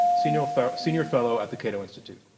senior fellow senior fellow at the cato institute.